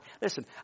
Listen